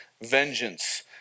vengeance